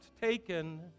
taken